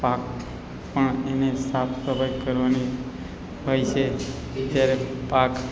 પાક પણ એને સાફ સફાઈ કરવાની હોય છે ત્યારે પાક